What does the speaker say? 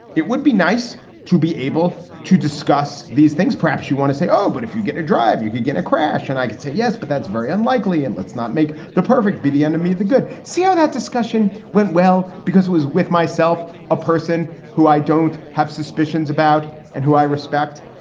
it would be nice to be able to discuss these things. perhaps you want to say, oh, but if you get to drive, you could get a crash. and i could say yes, but that's very unlikely. and let's not make the perfect be the enemy of the good. see how that discussion went? well, because i was with myself, a person who i don't have suspicions about and who i respect.